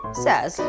says